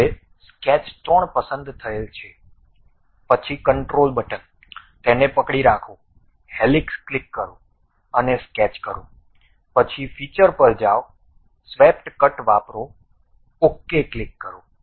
હવે સ્કેચ 3 પસંદ થયેલ છે પછી કંટ્રોલ બટન તેને પકડી રાખો હેલિક્સ ક્લિક કરો અને સ્કેચ કરો પછી ફીચર પર જાઓ સ્વેપટ કટ વાપરો ok ક્લિક કરો